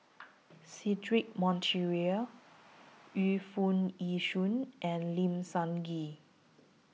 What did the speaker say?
Cedric Monteiro Yu Foo Yee Shoon and Lim Sun Gee